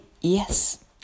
yes